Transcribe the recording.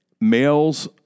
Males